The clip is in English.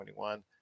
2021